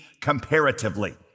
comparatively